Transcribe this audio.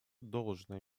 должное